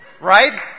right